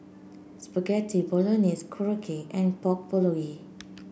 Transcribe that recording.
Spaghetti Bolognese Korokke and Pork Bulgogi